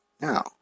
now